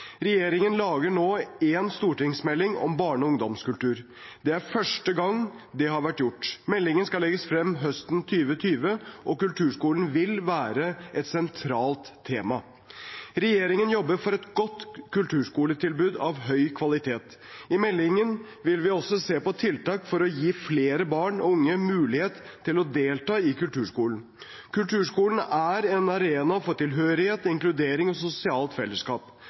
Regjeringen lager nå en stortingsmelding om barne- og ungdomskultur. Det er første gang det har vært gjort. Meldingen skal legges frem høsten 2020, og kulturskolen vil være et sentralt tema. Regjeringen jobber for et godt kulturskoletilbud av høy kvalitet. I meldingen vil vi også se på tiltak for å gi flere barn og unge mulighet til å delta i kulturskolen. Kulturskolen er en arena for tilhørighet, inkludering og sosialt fellesskap.